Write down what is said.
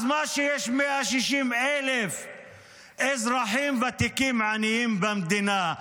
אז מה שיש 160,000 אזרחים ותיקים עניים במדינה?